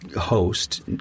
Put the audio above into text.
host